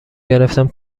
گرفتم